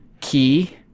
key